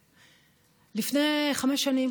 לפני חמש שנים